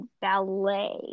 ballet